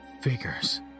figures